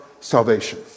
salvation